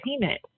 payment